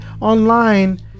online